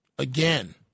Again